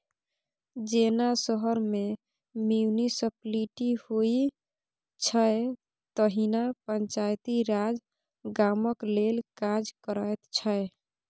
जेना शहर मे म्युनिसप्लिटी होइ छै तहिना पंचायती राज गामक लेल काज करैत छै